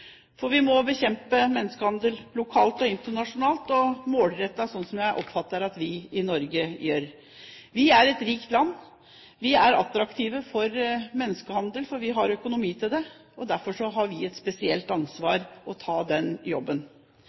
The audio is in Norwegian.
for vi må bekjempe menneskehandel lokalt og internasjonalt, og målrettet, slik jeg oppfatter at vi i Norge gjør. Norge er et rikt land. Vi er attraktive for menneskehandel. Vi har økonomi til det, og derfor har vi et spesielt ansvar for å ta den jobben.